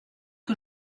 que